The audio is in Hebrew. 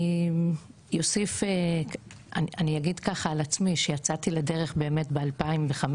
אני אגיד ככה על עצמי, שיצאתי לדרך באמת ב-2015,